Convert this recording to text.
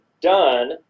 done